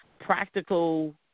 practical